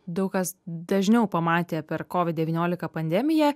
daug kas dažniau pamatė per kovid devyniolika pandemiją